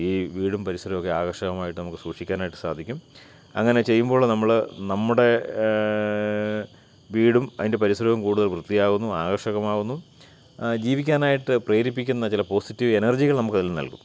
ഈ വീടും പരിസരവുമൊക്ക ആകർഷകമായിട്ട് നമുക്ക് സൂക്ഷിക്കാനായ്ട്ട് സാധിക്കും അങ്ങനെ ചെയ്യുമ്പോൾ നമ്മൾ നമ്മുടെ വീടും അതിൻ്റെ പരിസരവും കൂടുതൽ വൃത്തിയാവുന്നു ആകർഷകമാകുന്നു ജീവിക്കാനായിട്ട് പ്രേരിപ്പിക്കുന്ന ചില പോസിറ്റീവ് എനർജികൾ നമുക്കതിൽ നിന്ന് നൽകും